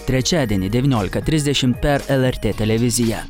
trečiadienį devyniolika trisdešim per lrt televiziją